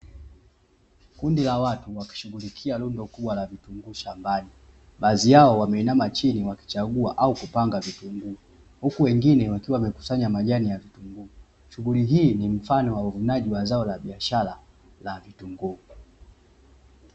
Kundi la watu wakishughulikia rundo kubwa la vitunguu shambani, baadhi yao wameinama chini wakichagua au kupanga vitunguu huku wengine wakiwa wamekusanya majani ya vitunguu. Shughuli hii ni mfano wa uvunaji wa zao la biashara la vitunguu.